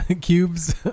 cubes